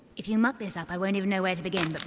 if you muck this up i won't even know where to begin,